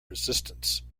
resistance